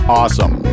awesome